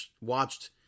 watched